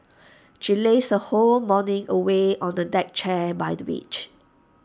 she lazed her whole morning away on the deck chair by the beach